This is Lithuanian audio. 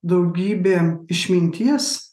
daugybė išminties